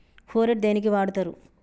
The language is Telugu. ఫోరెట్ దేనికి వాడుతరు?